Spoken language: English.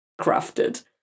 crafted